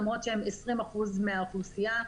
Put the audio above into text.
למרות שהם 20% מהאוכלוסייה.